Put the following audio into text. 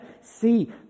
see